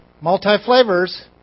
multi-flavors